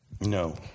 No